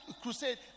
crusade